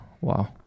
wow